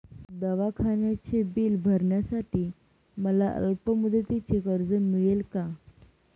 दवाखान्याचे बिल भरण्यासाठी मला अल्पमुदतीचे कर्ज मिळेल का?